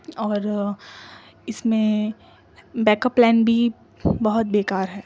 اور اس میں بیک اپ پلان بھی بہت بیکار ہے